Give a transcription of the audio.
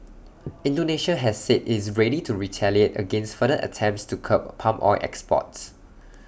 Indonesia has said IT is ready to retaliate against further attempts to curb palm oil exports